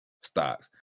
stocks